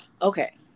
Okay